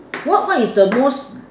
what what is the most